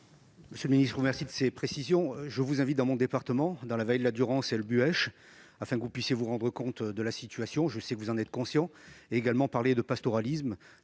Monsieur le ministre, je vous remercie de ces précisions. Je vous invite dans mon département, dans la vallée de la Durance et le Buëch, afin que vous puissiez vous rendre compte de la situation, même si je sais que vous en êtes conscient. Nous pourrons à l'occasion aussi parler de pastoralisme.